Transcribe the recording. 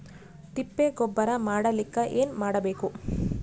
ತಿಪ್ಪೆ ಗೊಬ್ಬರ ಮಾಡಲಿಕ ಏನ್ ಮಾಡಬೇಕು?